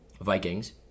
Vikings